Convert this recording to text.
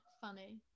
Funny